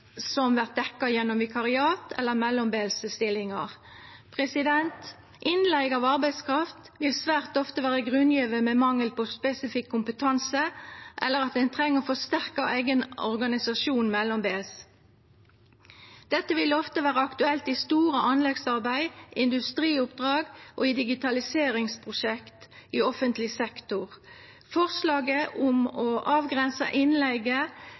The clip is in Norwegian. som vert dekte gjennom vikariat eller mellombelse stillingar. Innleige av arbeidskraft vil svært ofte vera grunngjeve med mangel på spesifikk kompetanse eller at ein treng å få styrkt eigen organisasjon mellombels. Dette vil ofte vera aktuelt i store anleggsarbeid, industrioppdrag og digitaliseringsprosjekt i offentleg sektor. Forslaget om å avgrensa